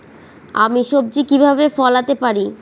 আমি সবজি কিভাবে ফলাতে পারি?